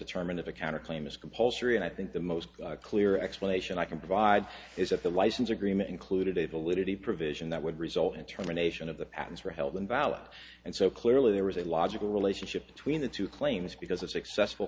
determine if a counter claim is compulsory and i think the most clear explanation i can provide is that the license agreement included a validity provision that would result in terminations of the patents were held invalid and so clearly there was a logical relationship between the two claims because a successful